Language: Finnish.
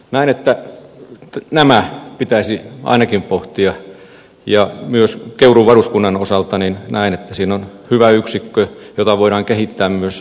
näen että näitä pitäisi ainakin pohtia ja myös keuruun varuskunnan osalta näen että siinä on hyvä yksikkö jota voidaan kehittää myös turvallisuuskoulutuksen suuntaan